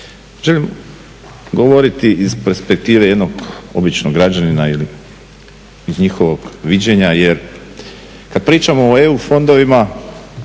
Želim govoriti iz perspektive jednog običnog građanina iz njihovog viđenja jer kada pričamo o EU fondovima